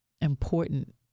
important